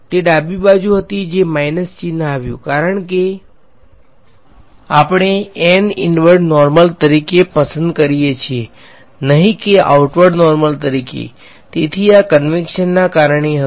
તેથી તે ડાબી બાજુ હતી જે માઈનસ ચિહ્ન આવ્યું કારણ કે આપણે ઇનવર્ડ નોર્મલ તરીકે પસંદ કરીએ છીએ નહીં કે આઉટવર્ડ નોર્મલ તરીકે તેથી આ કંવેંશનના કારણે હતું